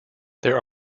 there